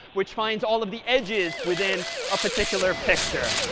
which finds all of the edges within a particular picture.